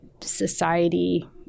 Society